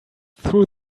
through